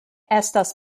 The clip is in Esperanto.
estas